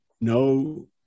No